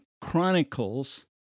Chronicles